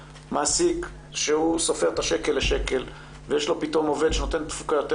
מעסיק שהוא סופר את השקל לשקל ויש לו פתאום עובד שנותן תפוקה יותר